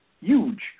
huge